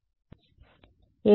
విద్యార్థి ఏమీ జరగదు